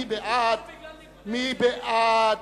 מי בעד?